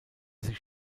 sich